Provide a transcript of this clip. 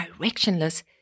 directionless